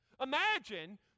Imagine